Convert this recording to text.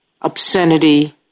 obscenity